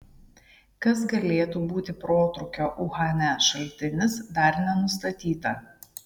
kas galėtų būti protrūkio uhane šaltinis dar nenustatyta